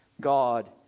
God